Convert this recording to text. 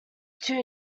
two